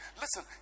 listen